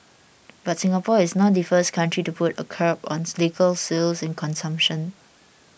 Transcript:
but Singapore is not the first country to put a curb on liquor sales and consumption